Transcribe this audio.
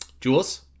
Jules